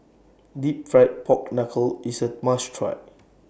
Deep Fried Pork Knuckle IS A must Try